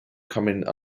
coming